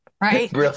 Right